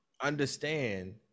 understand